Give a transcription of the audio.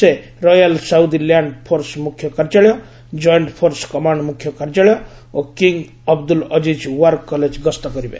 ସେ royal Saudi land force ମୁଖ୍ୟ କାର୍ଯ୍ୟାଳୟ ଜଏଣ୍ଟ୍ ଫୋର୍ସ କମାଣ୍ଡ୍ ମୁଖ୍ୟ କାର୍ଯ୍ୟାଳୟ ଓ କିଙ୍ଗ୍ ଅବଦୁଲ୍ଅଜିକ୍ ୱାର୍ କଲେଜ୍ ଗସ୍ତ କରିବେ